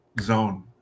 zone